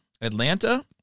Atlanta